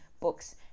books